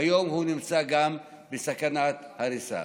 והיום גם הוא נמצא בסכנת הריסה.